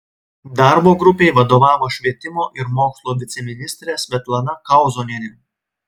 darbo grupei vadovavo švietimo ir mokslo viceministrė svetlana kauzonienė